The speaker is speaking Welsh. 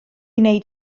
wneud